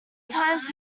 times